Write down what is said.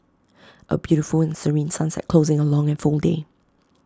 A beautiful and serene sunset closing A long and full day